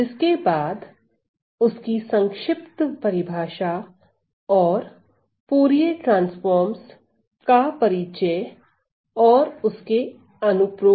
जिसके बाद उसकी संक्षिप्त परिभाषा और फूरिये ट्रांसफॉर्म्स का परिचय और उसके अनुप्रयोग